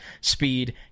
speed